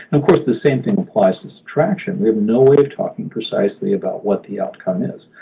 of course, the same thing applies to subtraction we have no way of talking precisely about what the outcome is.